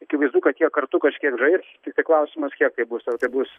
akivaizdu kad jie kartu kažkiek žais tiktai klausimas kiek tai bus ar tai bus